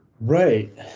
Right